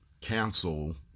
cancel